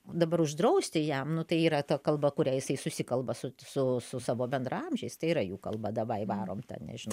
dabar uždrausti jam nu tai yra ta kalba kuria jisai susikalba su su su savo bendraamžiais tai yra jų kalba davai varom ten nežinau